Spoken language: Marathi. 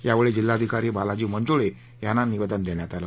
यावेळी जिल्हाधिकारी बालाजी मंजुळे यांना निवेदन देण्यात आलं